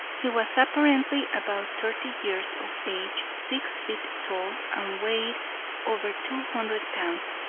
he was apparently about thirty years of age, six feet tall, and weighed over two hundred pounds.